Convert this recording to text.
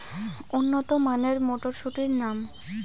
উন্নত মানের মটর মটরশুটির নাম?